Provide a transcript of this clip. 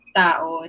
tao